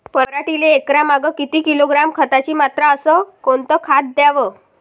पराटीले एकरामागं किती किलोग्रॅम खताची मात्रा अस कोतं खात द्याव?